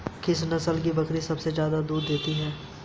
किस नस्ल की बकरी सबसे ज्यादा दूध देती है?